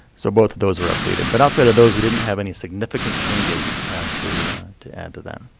so both those were updated. but outside of those, we didn't have any significant changes and to to add to them.